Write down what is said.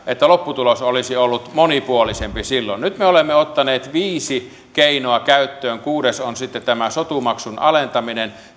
että lopputulos olisi ollut monipuolisempi silloin nyt me olemme ottaneet viisi keinoa käyttöön kuudes on sitten tämä sotumaksun alentaminen